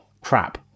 Crap